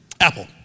Apple